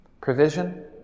Provision